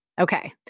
Okay